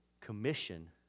commission